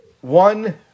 One